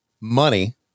money